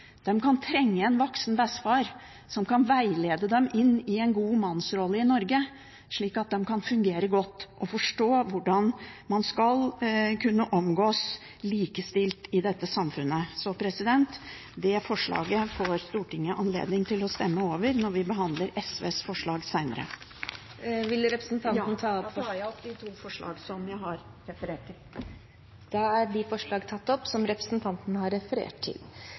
kan trenge en voksen «bessfar» som kan veilede dem inn i en god mannsrolle i Norge, slik at de kan fungere godt og forstå hvordan man skal kunne omgås likestilt i dette samfunnet. Det forslaget får Stortinget anledning til å stemme over når vi behandler SVs forslag senere. Jeg tar opp de to forslagene som jeg har referert til. Da er de forslag tatt opp som representanten Karin Andersen refererte til.